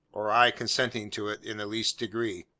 or i consenting to it in the least degree.